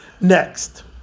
Next